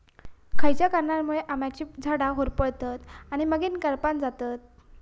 खयच्या कारणांमुळे आम्याची झाडा होरपळतत आणि मगेन करपान जातत?